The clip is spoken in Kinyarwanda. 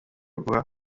guha